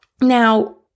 Now